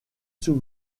sous